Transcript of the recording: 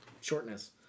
shortness